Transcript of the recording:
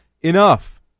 enough